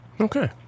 Okay